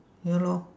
ya lor